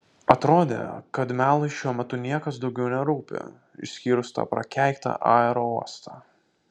atrodė kad melui šiuo metu niekas daugiau nerūpi išskyrus tą prakeiktą aerouostą